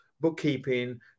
bookkeeping